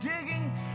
digging